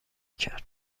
کرد